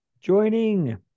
Joining